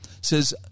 says